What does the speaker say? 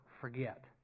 forget